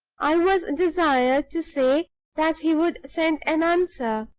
i was desired to say that he would send an answer.